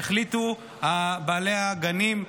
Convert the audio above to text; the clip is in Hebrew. יחליטו בעלי הגנים,